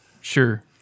sure